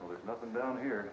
well there's nothing down here